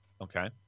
Okay